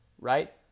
right